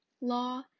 law